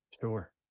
Sure